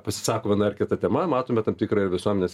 pasisako viena ar kita tema matome tam tikrą ir visuomenės